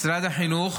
משרד החינוך